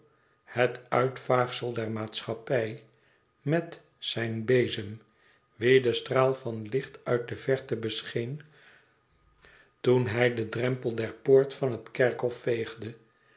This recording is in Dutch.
het uitvaagsel der maatschappij met zijn bezem wien die straal van licht uit de verte bescheen toen hij den drempel der poort van het kerkhof veegde